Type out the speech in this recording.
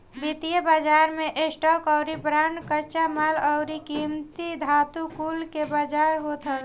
वित्तीय बाजार मे स्टॉक अउरी बांड, कच्चा माल अउरी कीमती धातु कुल के बाजार होत हवे